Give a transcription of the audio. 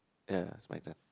ya is my turn